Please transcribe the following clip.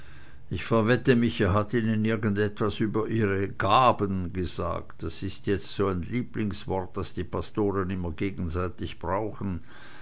ich verwette mich er hat ihnen irgendwas über ihre gaben gesagt das ist jetzt so lieblingswort das die pastoren immer gegenseitig brauchen